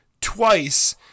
twice